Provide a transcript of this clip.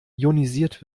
ionisiert